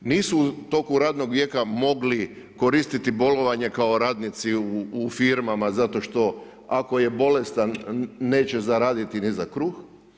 Nisu u toku radnog vijeka mogli koristiti bolovanje kao radnici u firmama zato što ako je bolestan neće zaraditi ni za kruh.